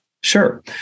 Sure